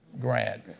Grant